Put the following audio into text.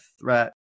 threat